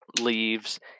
leaves